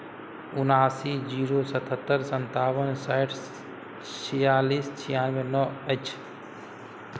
उनासी जीरो सतहत्तरि सन्ताबन साठि छियालिस छियानबे नओ अछि